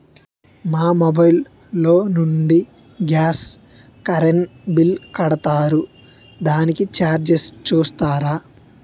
మా మొబైల్ లో నుండి గాస్, కరెన్ బిల్ కడతారు దానికి చార్జెస్ చూస్తారా?